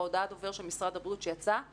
בהודעת הדובר של משרד הבריאות שיצאה